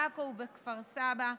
בעכו ובכפר סבא,